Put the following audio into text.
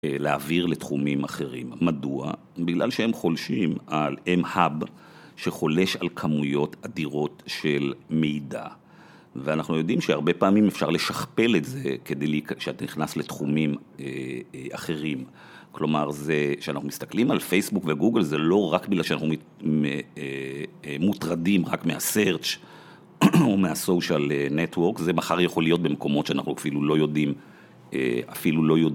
להעביר לתחומים אחרים. מדוע? בגלל שהם חולשים על... הם האב שחולש על כמויות אדירות של מידע. ואנחנו יודעים שהרבה פעמים אפשר לשכפל את זה כדי, שאתה נכנס לתחומים אחרים. כלומר, כשאנחנו מסתכלים על פייסבוק וגוגל, זה לא רק בגלל שאנחנו מוטרדים רק מהסירץ' או מהסושיאל נטוורק, זה מחר יכול להיות במקומות שאנחנו אפילו לא יודעים, אפילו לא יודעים.